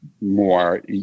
more